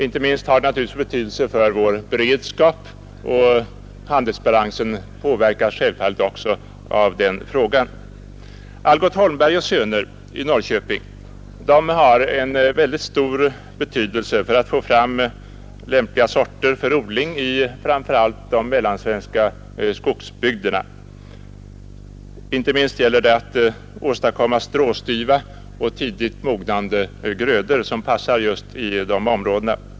Inte minst har det naturligtvis betydelse för vår beredskap, och handelsbalansen påverkas självfallet också av den frågan. Algot Holmberg och Söner i Norrköping har en mycket stor betydelse när det gäller att få fram lämpliga sorter för odling i framför allt de mellansvenska skogsbygderna. Inte minst gäller det att åstadkomma stråstyva och tidigt mognande grödor som passar i just dessa områden.